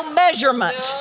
measurement